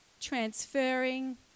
transferring